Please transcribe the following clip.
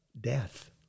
death